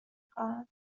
خواهم